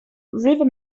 river